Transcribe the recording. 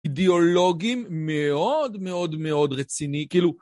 אידיאולוגים מאוד מאוד מאוד רציני, כאילו...